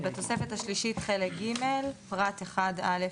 בתוספת השלישית, חלק ג', פרט (1א)